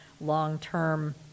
long-term